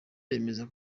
yemeza